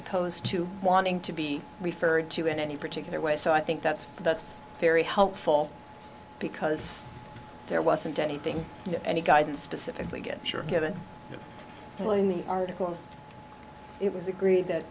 opposed to wanting to be referred to in any particular way so i think that's that's very helpful because there wasn't anything any guide specifically get sure given what in the article it was agreed that